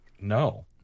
No